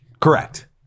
Correct